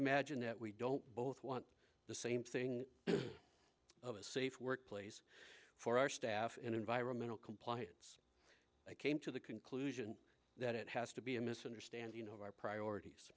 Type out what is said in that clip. imagine that we don't both want the same thing of a safe workplace for our staff and environmental compliance i came to the conclusion that it has to be a misunderstanding of our priorities